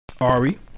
Ari